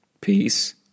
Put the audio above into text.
peace